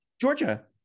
Georgia